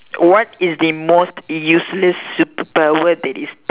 what is the most useless superpower that is still